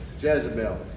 Jezebel